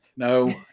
No